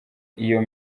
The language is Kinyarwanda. iyo